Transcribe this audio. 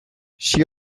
she